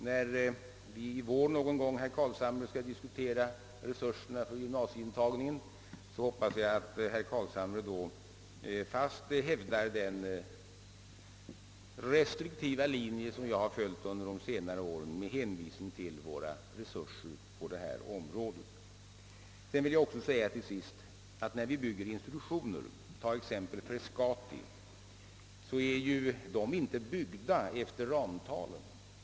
När vi någon gång i vår, herr Carlshamre, skall diskutera resurserna för gymnasieintagningen, hoppas jag att herr Carlshamre då fast hävdar den restriktiva linje som jag har följt under de senare åren, detta med hänvisning till våra resurser på detta område. Till sist vill jag också säga att våra institutioner — tag t.ex. Frescati — inte är byggda efter ramtal.